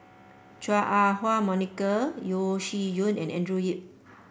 Chua Ah Huwa Monica Yeo Shih Yun and Andrew Yip